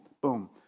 boom